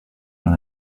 dans